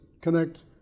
connect